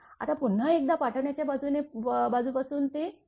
आता पुन्हा एकदा पाठवण्या बाजू पासून ते s